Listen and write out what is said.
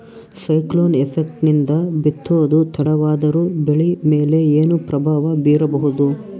Cyclone effect ನಿಂದ ಬಿತ್ತೋದು ತಡವಾದರೂ ಬೆಳಿ ಮೇಲೆ ಏನು ಪ್ರಭಾವ ಬೀರಬಹುದು?